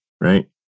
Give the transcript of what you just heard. Right